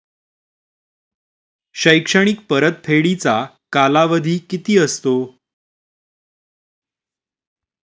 शैक्षणिक परतफेडीचा कालावधी किती असतो?